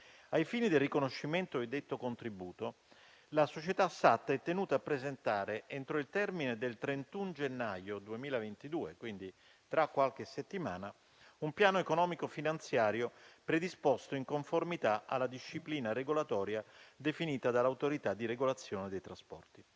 Ai fini del riconoscimento di detto contributo, la società SAT è tenuta a presentare, entro il termine del 31 gennaio 2022 (quindi tra qualche settimana) un piano economico-finanziario predisposto in conformità alla disciplina regolatoria definita dall'Autorità di regolazione dei trasporti.